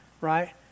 right